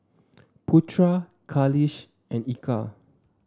Putra Khalish and Eka